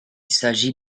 s’agit